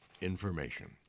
information